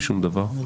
עוקפים.